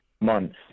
months